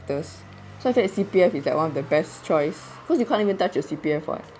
this so I feel C_P_F is like one of the best choice cause you can't even touch your C_P_F [what]